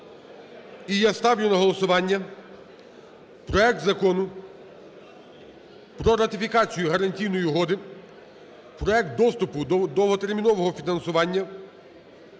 І я ставлю на голосування проект Закону про ратифікацію Гарантійної угоди (Проект доступу до довготермінового фінансування)